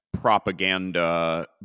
propaganda